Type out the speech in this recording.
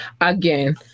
again